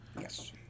Yes